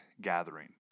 gathering